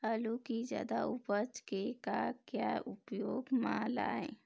आलू कि जादा उपज के का क्या उपयोग म लाए?